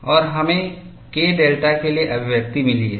और हमें K delta के लिए अभिव्यक्ति मिली है